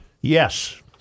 Yes